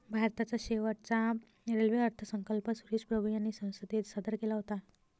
भारताचा शेवटचा रेल्वे अर्थसंकल्प सुरेश प्रभू यांनी संसदेत सादर केला होता